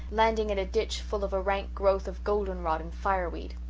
landing in a ditch full of a rank growth of golden-rod and fireweed.